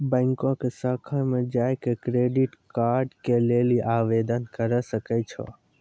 बैंको के शाखा मे जाय के क्रेडिट कार्ड के लेली आवेदन करे सकै छो